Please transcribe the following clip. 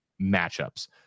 matchups